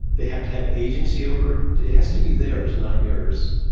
they have to have agency over it, it has to be theirs, not yours.